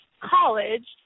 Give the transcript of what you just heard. college